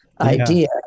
idea